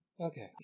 Okay